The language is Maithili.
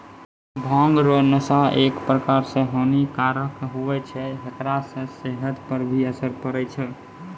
भांग रो नशा एक प्रकार से हानी कारक हुवै छै हेकरा से सेहत पर भी असर पड़ै छै